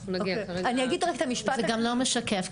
זה גם לא משקף,